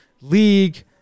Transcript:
league